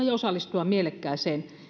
ja osallistua mielekkääseen